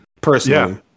personally